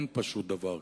פשוט אין דבר כזה.